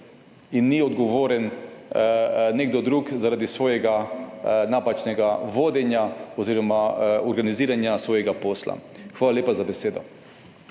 in ni odgovoren nekdo drug zaradi svojega napačnega vodenja oziroma organiziranja svojega posla. Hvala lepa za besedo.